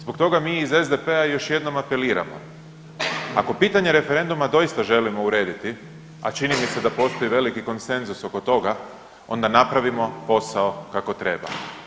Zbog toga mi iz SDP-a još jednom apeliramo ako pitanje referenduma doista želimo urediti, a čini mi se da postoji veliki konsenzus oko toga onda napravimo posao kako treba.